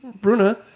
Bruna